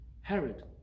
Herod